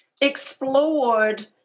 explored